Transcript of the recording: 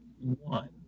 one